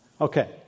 Okay